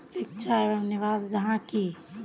शिक्षा एक निवेश जाहा की?